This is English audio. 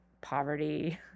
poverty